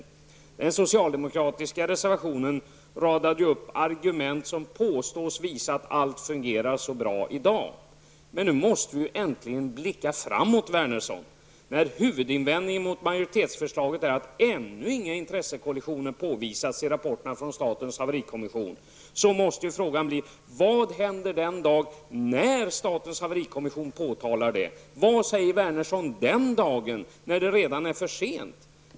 I den socialdemokratiska reservationen radas det upp argument för att allting fungerar så bra i dag. Men nu måste vi äntligen blicka framåt, Wernersson. När huvudinvändningen mot majoritetsförslaget är att inga intressekonflikter ännu har påvisats i statens haverikommissions rapport, måste frågan bli: Vad händer den dag då statens haverikommission påtalar att så är fallet? Vad säger Wernersson den dag när det redan är för sent?